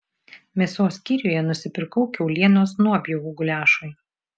mėsos skyriuje nusipirkau kiaulienos nuopjovų guliašui